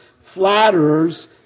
flatterers